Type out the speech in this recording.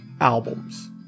albums